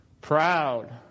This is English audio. proud